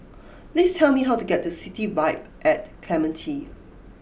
please tell me how to get to City Vibe at Clementi